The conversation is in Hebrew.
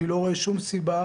אני לא רואה שום סיבה.